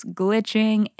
glitching